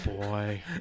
boy